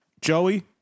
Joey